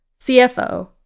CFO